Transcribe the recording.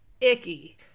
icky